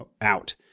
out